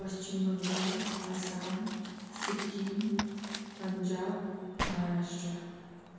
Paschim Bangal Assam Sikkim Punjab Maharashtra